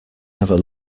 never